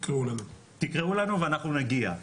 תקראו לנו ואנחנו נגיע.